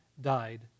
died